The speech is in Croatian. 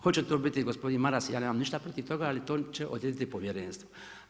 Hoće to biti gospodin Maras, ja nemam ništa protiv toga, ali to će odrediti povjerenstvo.